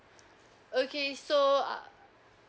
okay so uh